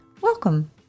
Welcome